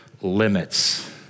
limits